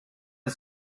the